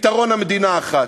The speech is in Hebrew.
פתרון של מדינה אחת.